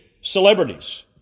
celebrities